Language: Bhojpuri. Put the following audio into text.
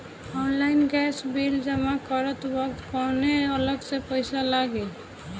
ऑनलाइन गैस बिल जमा करत वक्त कौने अलग से पईसा लागी?